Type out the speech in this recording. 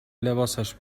لباسش